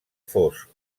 fosc